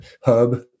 hub